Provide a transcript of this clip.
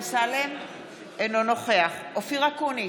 אינו נוכח אופיר אקוניס,